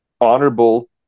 honorable